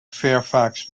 fairfax